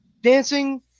dancing